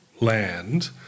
Land